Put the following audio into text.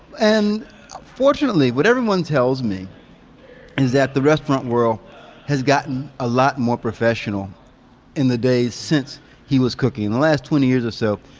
and fortunately, what everyone tells me is that the restaurant world has gotten a lot more professional in the days since he was cooking, in the last twenty years or so.